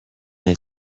est